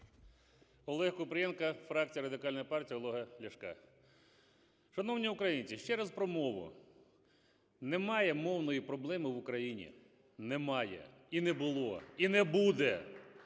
Олег Купрієнко, фракція Радикальної партії Олега Ляшка. Шановні українці, ще раз про мову. Немає мовної проблеми в Україні. Немає. І не було. І не буде.